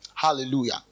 Hallelujah